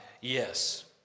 Yes